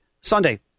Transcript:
sunday